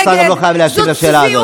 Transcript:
השר גם לא חייב להשיב על השאלה הזאת.